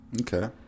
Okay